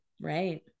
Right